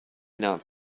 not